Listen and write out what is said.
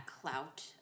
clout